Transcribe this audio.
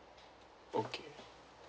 okay